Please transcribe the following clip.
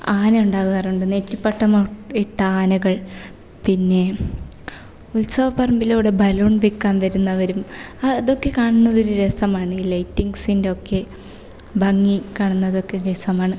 ആന ഉണ്ടാകാറുണ്ട് നെറ്റിപ്പട്ടം ഇട്ട ആനകൾ പിന്നെ ഉത്സവപ്പറമ്പിലൂടെ ബലൂൺ വിൽക്കാൻ വരുന്നവരും അതൊക്കെ കാണുന്നതൊരു രസമാണ് ഈ ലൈറ്റിങ്ങ്സിന്റെ ഒക്കെ ഭംഗി കാണുന്നതൊക്കെ രസമാണ്